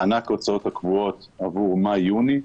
מענק ההוצאות הקבועות עבור מאי יוני,